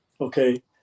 Okay